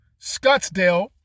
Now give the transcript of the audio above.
Scottsdale